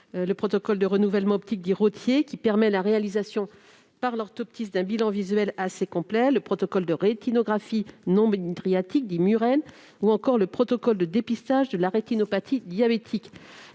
le protocole de renouvellement optique, dit Rottier, qui permet la réalisation par l'orthoptiste d'un bilan visuel assez complet ; le protocole de rétinographie non mydriatique, dit Muraine ; ou encore le protocole de dépistage de la rétinopathie diabétique.